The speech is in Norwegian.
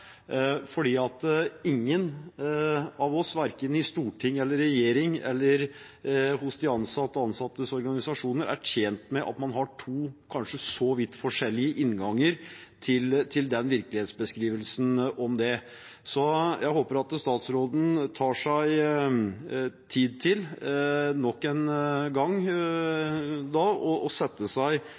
ingen av oss – verken i Stortinget, i regjeringen eller hos de ansatte og de ansattes organisasjoner – er tjent med at man har to så vidt forskjellige innganger til virkelighetsbeskrivelsen av det. Jeg håper statsråden tar seg tid til nok en gang å sette seg ned og